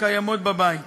הקיימות בבית.